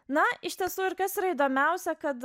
na iš tiesų ir kas yra įdomiausia kad